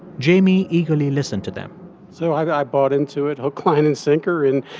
jamie eagerly listened to them so i bought into it hook, line and sinker and,